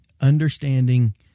understanding